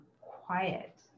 quiet